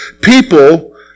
people